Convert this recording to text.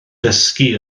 dysgu